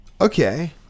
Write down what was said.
Okay